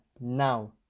now